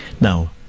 Now